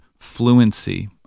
fluency